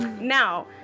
Now